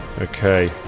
Okay